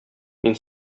мин